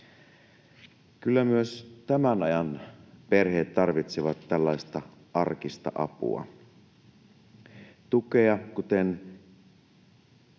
Kyllä myös tämän ajan perheet tarvitsevat tällaista arkista apua ja tukea.